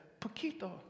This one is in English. poquito